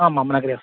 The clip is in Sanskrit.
आम्मनगरम्